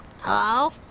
Hello